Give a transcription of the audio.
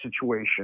situation